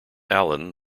allen